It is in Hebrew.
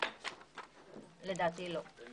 לדעתי לא.